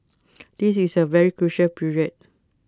this is A very crucial period